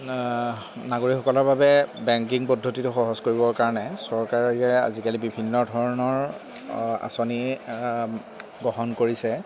নাগৰিকসকলৰ বাবে বেংকিং পদ্ধতিটো সহজ কৰিবৰ কাৰণে চৰকাৰে আজিকালি বিভিন্ন ধৰণৰ আঁচনি গ্ৰহণ কৰিছে